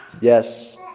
Yes